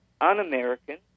un-American